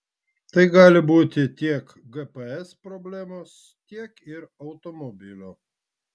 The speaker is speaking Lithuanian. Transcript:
tai gali būti tiek gps problemos tiek ir automobilio